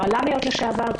יוהל"מיות לשעבר,